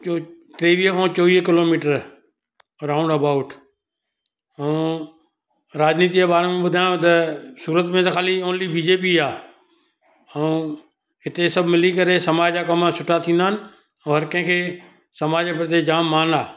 जो टेवीह खां चोवीह किलोमिटर राउंड अबाउट ऐं राजनिती जे बारे में ॿुधायांव त सूरत में त ख़ाली ओन्ली बी जे पी आहे ऐं हिते सभु मिली करे समाज जा कमु सुठा थींदा आहिनि हर कंहिंखे समाज जे प्रती जाम मानु आहे